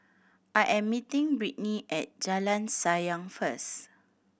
I am meeting Brittny at Jalan Sayang first